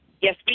Yes